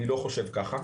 אני לא חושב כך,